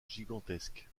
gigantesque